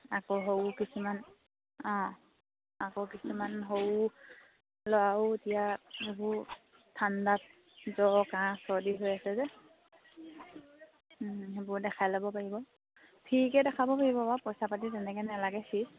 আকৌ সৰু কিছুমান অঁ আকৌ কিছুমান সৰু ল'ৰাও এতিয়া সেইবোৰ ঠাণ্ডাত জ্বৰ কাহ চৰ্দি হৈ আছে যে সেইবোৰ দেখাই ল'ব পাৰিব ফ্ৰীকৈ দেখাব পাৰিব বাৰু পইচা পাতি তেনেকৈ নেলাগে ফিজ